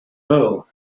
hole